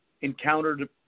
encountered